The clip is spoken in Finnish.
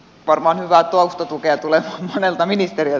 varmaan hyvää taustatukea tulee monelta ministeriö